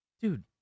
dude